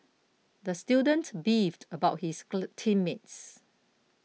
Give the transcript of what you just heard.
the student beefed about his team mates